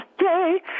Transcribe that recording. yay